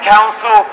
Council